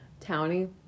Townie